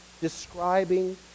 describing